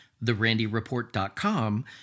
therandyreport.com